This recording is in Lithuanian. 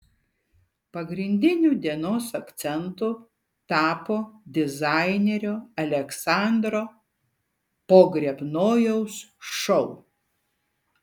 pagrindiniu dienos akcentu tapo dizainerio aleksandro pogrebnojaus šou